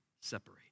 separate